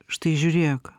štai žiūrėk